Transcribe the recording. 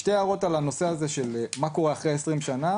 יש לי שתי הערות על הנושא הזה של מה קורה אחרי 20 שנה